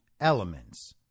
elements